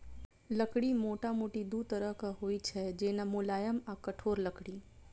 लकड़ी मोटामोटी दू तरहक होइ छै, जेना, मुलायम आ कठोर लकड़ी